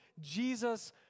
Jesus